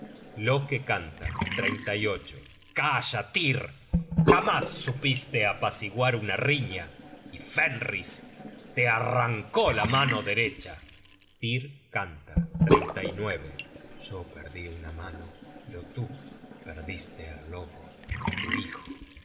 todo el mundo loke canta calla tyr jamas supiste apaciguar una riña y fenris te arrancó la mano derecha tyr canta yo perdí una mano pero tú perdiste al lobo tu hijo